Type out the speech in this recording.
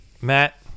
Matt